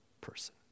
person